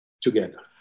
together